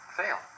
fail